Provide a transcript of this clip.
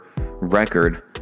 record